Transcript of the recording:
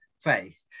faith